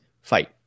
fight